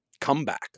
comeback